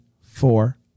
four